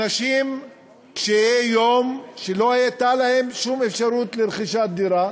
אנשים קשי יום שלא הייתה להם שום אפשרות לרכוש דירה